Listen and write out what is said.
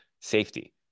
safety